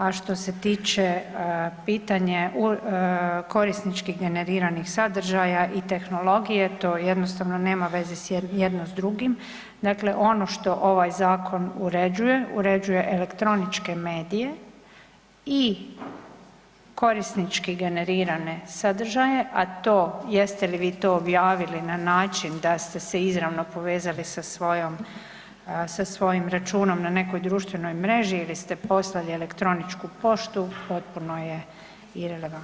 A što se tiče pitanje korisnički generiranih sadržaja i tehnologije to jednostavno nema veze jedno s drugim, dakle ono što ovaj zakon uređuje uređuje elektroničke medije i korisnički generirane sadržaje, a to jeste li vi to objavili na način da ste se izravno povezali sa svojom, sa svojim računom na nekoj društvenoj mreži ili ste poslali elektroničku poštu potpuno je irelevantno.